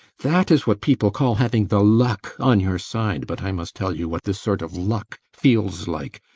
that is what people call having the luck on your side but i must tell you what this sort of luck feels like!